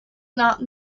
not